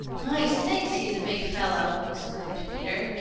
my sakes, he is a big fellow! exclaimed peter.